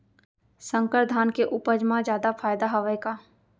संकर धान के उपज मा जादा फायदा हवय का?